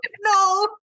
no